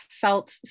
felt